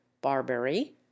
barbary